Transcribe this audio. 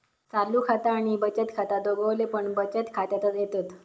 चालू खाता आणि बचत खाता दोघवले पण बचत खात्यातच येतत